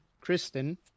Kristen